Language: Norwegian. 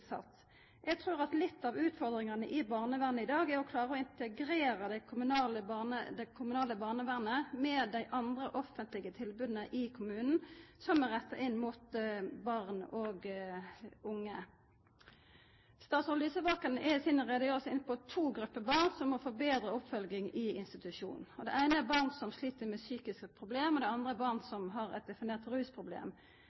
Jeg tror at litt av utfordringen i barnevernet i dag er å klare å integrere det kommunale barnevernet med de andre offentlige tilbudene i kommunen som er rettet mot barn og unge. Statsråd Lysbakken er i sin redegjørelse inne på to grupper barn som må få bedre oppfølging i institusjon. Den ene er barn som sliter med psykiske problemer. Den andre er barn som